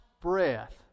breath